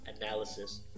analysis